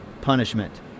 punishment